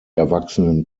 erwachsenen